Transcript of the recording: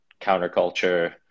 Counterculture